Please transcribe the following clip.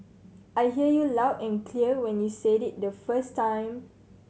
I heard you loud and clear when you said it the first time